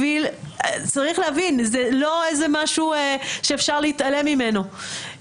צריך להבין, זה לא איזה משהו שאפשר להתעלם ממנו.